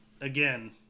again